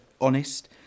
honest